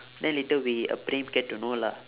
then later we uh praem get to know lah